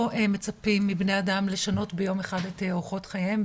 לא מצפים מבני אדם לשנות ביום אחד את אורחות חייהם,